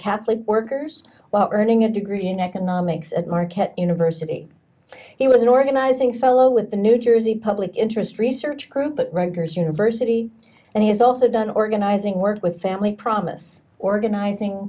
catholic workers wow earning a degree in economics at marquette university it was an organizing fellow at the new jersey public interest research group at rutgers university and he has also done organizing work with family promise organizing